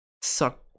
suck